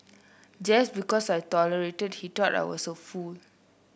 just because I tolerated he thought I was a fool